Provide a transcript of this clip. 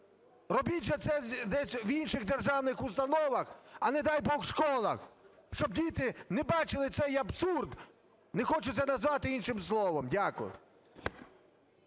Робіть це десь в інших державних установах, а, не дай Бог, в школах, щоб діти не бачили цей абсурд, не хочеться називати іншим словом. Дякую.